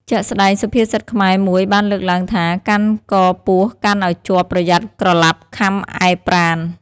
ជាក់ស្ដែងសុភាសិតខ្មែរមួយបានលើកឡើងថា" កាន់កពស់កាន់ឲ្យជាប់ប្រយ័ត្នក្រឡាប់ខាំឯប្រាណ"។